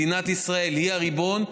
מדינת ישראל היא הריבון,